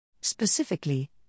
Specifically